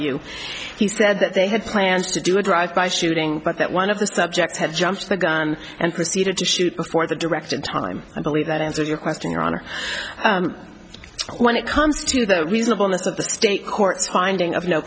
you he said that they had plans to do a drive by shooting but that one of the subjects had jumped the gun and proceeded to shoot before the direction time i believe that answer your question your honor when it comes to the reasonableness of the state courts finding of no